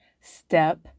Step